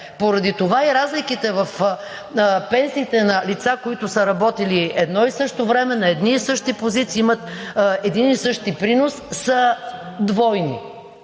Поради това и разликите в пенсиите на лица, които са работили едно и също време, на едни и същи позиции, имат един и същи принос, са двойни,